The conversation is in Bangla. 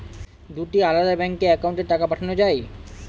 দুটি আলাদা ব্যাংকে অ্যাকাউন্টের টাকা পাঠানো য়ায়?